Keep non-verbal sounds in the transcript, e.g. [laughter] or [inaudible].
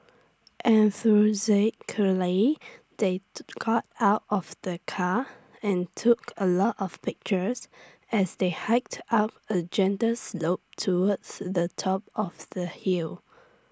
[unintelligible] they [noise] got out of the car and took A lot of pictures as they hiked up A gentle slope towards the top of the hill